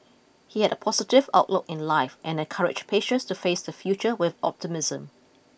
he had a positive outlook in life and encouraged patients to face the future with optimism